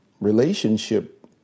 Relationship